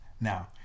now